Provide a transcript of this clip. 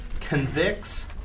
convicts